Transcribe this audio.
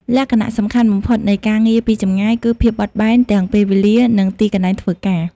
លក្ខណៈសំខាន់បំផុតនៃការងារពីចម្ងាយ គឺ ភាពបត់បែន ទាំងពេលវេលា និងទីកន្លែងធ្វើការ។